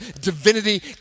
divinity